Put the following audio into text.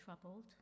troubled